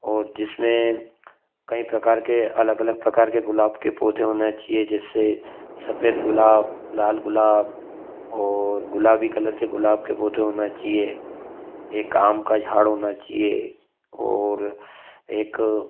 और जिसमें कई प्रकार के अलग अलग प्रकार के गुलाब के पौधे होने चाहिए जैसे सफेद गुलाब लाल गुलाब और गुलाबी कलर के गुलाब के पौधे होना चाहिए एक आम का झाड़ होना चाहिए और एक